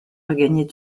regagner